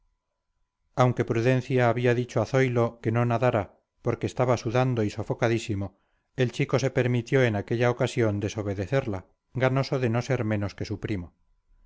aunque prudencia había dicho a zoilo que no nadara porque estaba sudando y sofocadísimo el chico se permitió en aquella ocasión desobedecerla ganoso de no ser menos que su primo